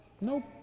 Nope